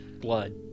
Blood